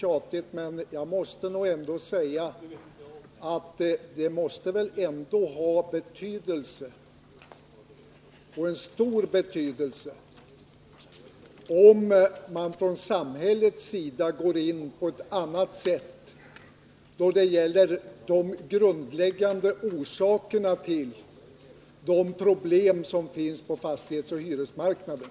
Herr talman! Det måste väl ändå ha stor betydelse om samhället går in på ett annat sätt för att angripa de grundläggande orsakerna till de problem som finns på fastighetsoch hyresmarknaden.